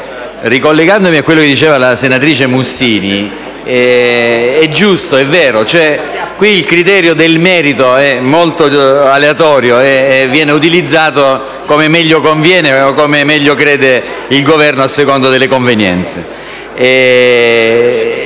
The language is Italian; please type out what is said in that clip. Ricollegandomi a quanto diceva la senatrice Mussini, è vero che qui il criterio del merito è molto aleatorio e viene utilizzato come meglio conviene o come meglio crede il Governo, a seconda delle convenienze.